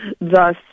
thus